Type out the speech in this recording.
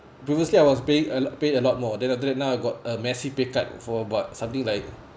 previously I was paying uh paying a lot more then after that now I got a messy pay cut for about something like